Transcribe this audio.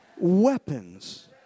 weapons